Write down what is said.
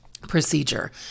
procedure